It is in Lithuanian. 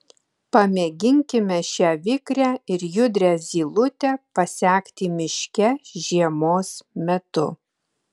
pamėginkime šią vikrią ir judrią zylutę pasekti miške žiemos metu